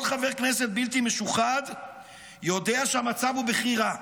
"כל חבר כנסת בלתי משוחד יודע שהמצב הוא בכי רע.